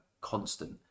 constant